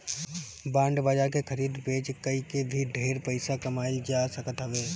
bond बाजार के खरीद बेच कई के भी ढेर पईसा कमाईल जा सकत हवे